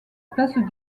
place